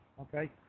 Okay